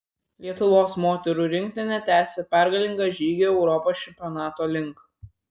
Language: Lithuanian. lietuvos moterų rinktinė tęsia pergalingą žygį europos čempionato link